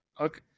Okay